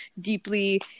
deeply